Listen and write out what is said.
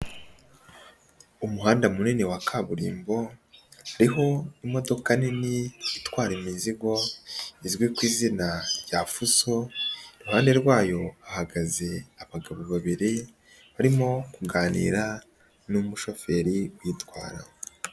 Umuhanda munini wa kaburimbo, hariho imodoka nini itwara imizigo izwi ku izina rya fuso, iruhande rwayo hahagaze abagabo babiri, barimo kuganira n'umushoferi uyitwara.